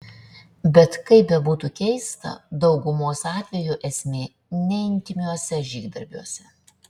bet kaip bebūtų keista daugumos atvejų esmė ne intymiuose žygdarbiuose